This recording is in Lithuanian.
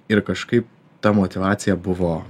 ir kažkaip ta motyvacija buvo